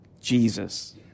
Jesus